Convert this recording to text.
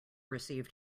received